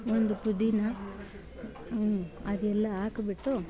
ಒಂದು ಪುದೀನ ಅದೆಲ್ಲ ಹಾಕ್ಬಿಟ್ಟು